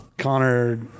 Connor